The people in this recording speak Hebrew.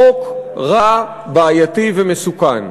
חוק רע, בעייתי ומסוכן.